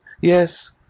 Yes